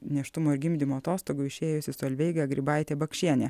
nėštumo ir gimdymo atostogų išėjusi solveiga grybaitė bakšienė